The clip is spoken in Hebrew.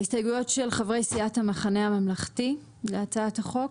ההסתייגויות של חברי סיעת המחנה הממלכתי להצעת החוק.